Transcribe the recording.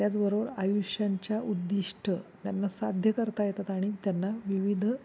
त्याचबरोबर आयुष्यांच्या उद्दिष्ट त्यांना साध्य करता येतात आणि त्यांना विविध